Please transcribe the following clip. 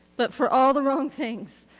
but for all the wrong things,